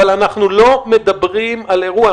אבל אנחנו לא מדברים על אירוע.